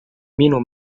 minu